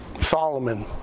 Solomon